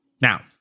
Now